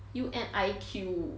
U N I Q